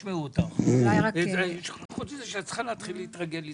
הצו שעומד לדיון עכשיו הוא צו תעריף המכס